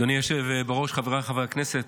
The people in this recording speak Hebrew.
אדוני היושב בראש, חבריי חברי הכנסת,